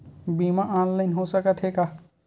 बीमा ऑनलाइन हो सकत हे का?